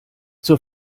zur